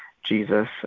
Jesus